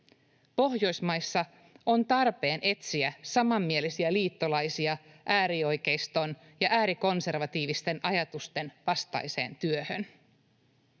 Pohjoismaissa on tarpeen etsiä samanmielisiä liittolaisia äärioikeiston ja äärikonservatiivisten ajatusten vastaiseen työhön.